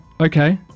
Okay